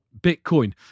Bitcoin